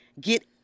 get